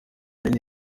nari